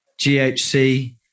GHC